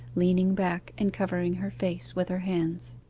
leaning back and covering her face with her hands.